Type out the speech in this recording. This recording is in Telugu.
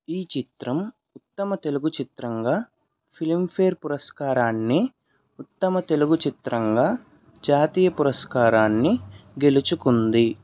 ఈ చిత్రం ఉత్తమ తెలుగు చిత్రంగా ఫిల్మ్ఫేర్ పురస్కారాన్ని ఉత్తమ తెలుగు చిత్రంగా జాతీయ పురస్కారాన్ని గెలుచుకుంది